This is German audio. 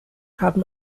haben